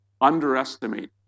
underestimate